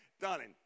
darling